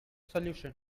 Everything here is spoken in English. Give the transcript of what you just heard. solution